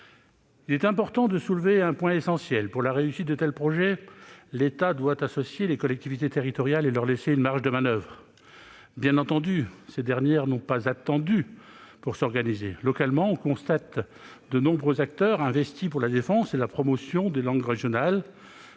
Il est important de soulever un point essentiel. Pour la réussite de tels projets, l'État doit associer les collectivités territoriales et leur laisser une marge de manoeuvre. Bien entendu, ces dernières n'ont pas attendu pour s'organiser ! Localement, on constate que de nombreux acteurs sont investis dans la défense et la promotion des langues régionales,